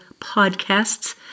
podcasts